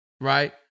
right